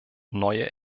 neue